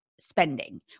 spending